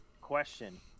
Question